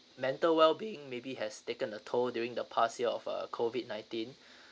mental well being maybe has taken a toll during the past year of uh COVID nineteen